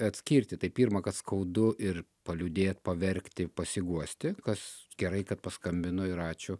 atskirti tai pirma kad skaudu ir paliūdėt paverkti pasiguosti kas gerai kad paskambino ir ačiū